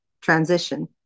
transition